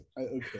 okay